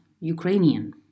Ukrainian